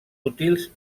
útils